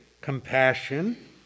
compassion